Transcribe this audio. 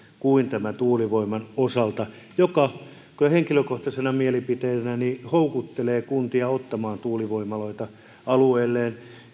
kuin tuulivoiman osalta mikä henkilökohtaisena mielipiteenäni houkuttelee kuntia ottamaan tuulivoimaloita alueelleen